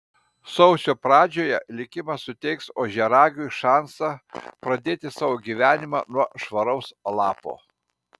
sausio pradžioje likimas suteiks ožiaragiui šansą pradėti savo gyvenimą nuo švaraus lapo